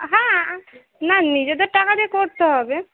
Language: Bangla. হ্যাঁ না নিজেদের টাকা দিয়ে করতে হবে